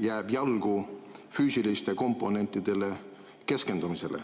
jääb jalgu füüsilistele komponentidele keskendumisele.